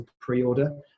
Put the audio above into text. pre-order